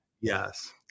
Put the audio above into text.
Yes